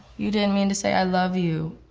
you didn't mean to say i love you.